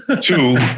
Two